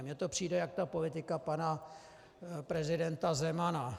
Mně to přijde jako politika pana prezidenta Zemana.